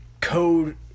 code